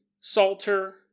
salter